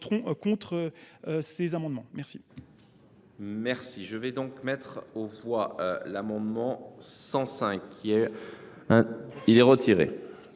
Merci